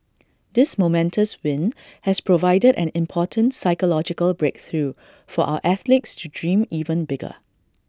this momentous win has provided an important psychological breakthrough for our athletes to dream even bigger